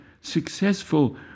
successful